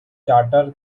charter